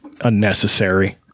unnecessary